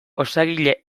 osagile